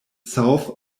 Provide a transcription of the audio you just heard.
south